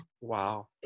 Wow